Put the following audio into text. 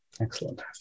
excellent